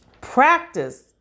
Practice